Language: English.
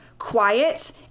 quiet